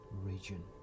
region